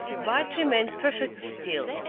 bart remained perfectly still,